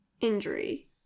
injury